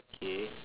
K